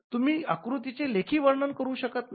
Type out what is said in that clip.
तुम्ही आकृती चे लेखी वर्णन करू शकत नाही